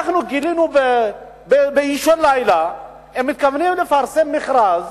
אנחנו גילינו באישון לילה שהם מתכוונים לפרסם מכרז